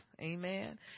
amen